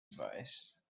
advice